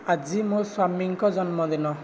ଆଜି ମୋ ସ୍ୱାମୀଙ୍କ ଜନ୍ମଦିନ